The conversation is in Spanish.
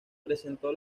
presentó